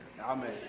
Amen